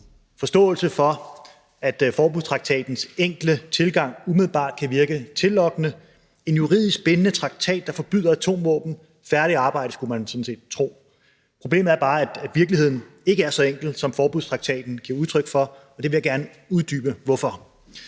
forståelse for, at forbudstraktatens enkle tilgang umiddelbart kan virke tillokkende: en juridisk bindende traktat, der forbyder atomvåben. Færdigt arbejde – skulle man sådan set tro. Problemet er bare, at virkeligheden ikke er så enkel, som forbudstraktaten giver udtryk for, og jeg vil gerne uddybe hvorfor.